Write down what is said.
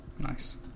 Nice